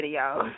videos